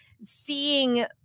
seeing